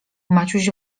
maciuś